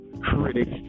critics